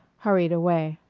hurried away.